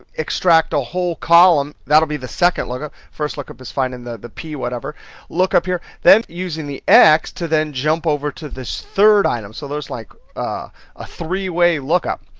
extract a whole column, that'll be the second look up. ah first look up is finding the the p-whatever, look up here, then using the x to then jump over to this third item, so there's like a three way look up.